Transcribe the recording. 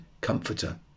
comforter